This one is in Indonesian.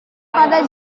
pada